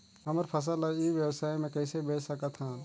हमर फसल ल ई व्यवसाय मे कइसे बेच सकत हन?